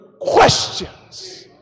questions